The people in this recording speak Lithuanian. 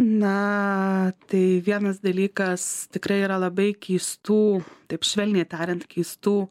na tai vienas dalykas tikrai yra labai keistų taip švelniai tariant keistų